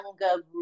younger